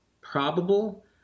probable